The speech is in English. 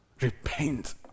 Repent